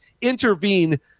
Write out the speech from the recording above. intervene